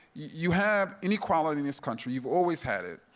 you have inequality in this country, you've always had it.